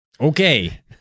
okay